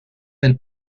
del